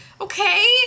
Okay